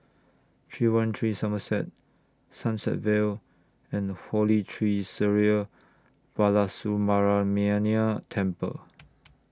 three one three Somerset Sunset Vale and Holy Tree Sri Balasubramaniar Temple